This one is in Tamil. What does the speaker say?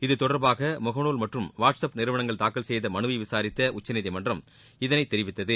இத்தொடர்பாக முகநூல் மற்றும் வாட்ஸ்அப் நிறுவனங்கள் தாக்கல் செய்த மனுவை விசாரித்த உச்சநீதிமன்றம் இதனைத் தெரிவித்தது